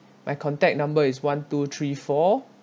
my contact number is one two three four